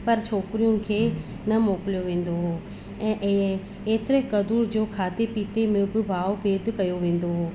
पर छोकिरियुनि खे न मोकिलियो वेंदो हुओ ऐं इहे ऐतिरे क़द्रु जो खाधे पीते में बि भाव भेद कयो वेंदो हुओ